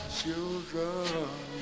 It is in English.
children